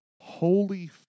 holy